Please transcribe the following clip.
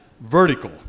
vertical